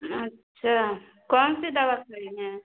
अच्छा कौन सी दवा खाई है